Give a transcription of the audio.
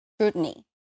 scrutiny